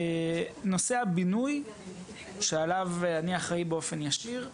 נושא הבינוי שעליו אני אחראי באופן ישיר,